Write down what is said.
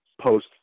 post